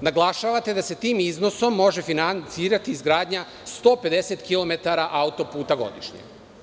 naglašavate da se tim iznosom može finansirati izgradnja 150 km godišnje.